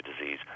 disease